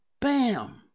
BAM